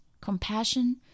Compassion